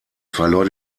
verlor